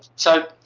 so,